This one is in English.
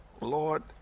Lord